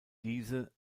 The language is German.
diese